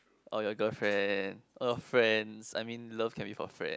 or your girlfriend a friend I mean love can be for friend